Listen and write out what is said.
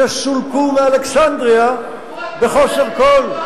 שסולקו מאלכסנדריה בחוסר כול.